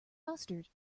mustard